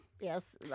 Yes